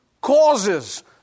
causes